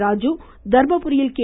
ராஜு தர்மபுரியில் கே